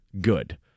good